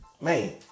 man